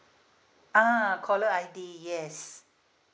ah caller I_D yes